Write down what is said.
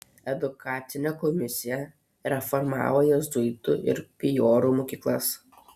edukacinė komisija reformavo jėzuitų ir pijorų mokyklas